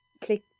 click